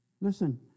Listen